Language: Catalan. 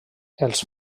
els